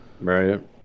Right